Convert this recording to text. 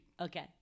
Okay